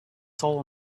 soul